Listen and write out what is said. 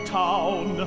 town